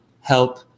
help